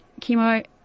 chemo